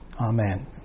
Amen